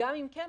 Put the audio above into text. וגם אם כן,